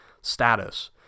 status